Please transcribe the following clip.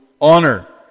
honor